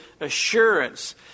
assurance